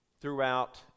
throughout